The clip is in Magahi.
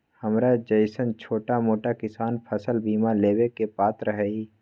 हमरा जैईसन छोटा मोटा किसान फसल बीमा लेबे के पात्र हई?